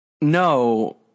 No